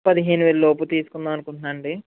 పదిహేనువేలు లోపు తీసుకుందామనుకుంటున్నానండి